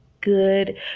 good